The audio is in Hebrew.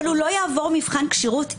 אבל הוא לא יעבור מבחן כשירות דיגיטלית.